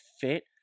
fit